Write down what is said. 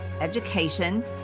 education